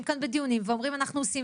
כאן בדיונים ואומרים שאנחנו עושים,